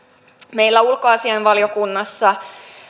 meillä ulkoasiainvaliokunnassa